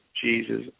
Jesus